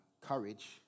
courage